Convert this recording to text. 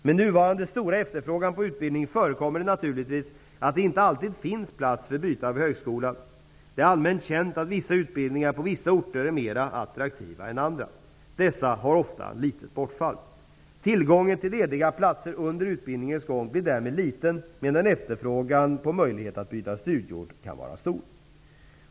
Med nuvarande stora efterfrågan på utbildning förekommer det naturligtvis att det inte alltid finns plats för byte av högskola. Det är allmänt känt att vissa utbildningar på vissa orter är mer attraktiva än andra. Dessa har ofta litet bortfall. Tillgången till lediga platser under utbildningens gång blir därmed liten, medan efterfrågan på möjlighet att byta studieort kan vara stor.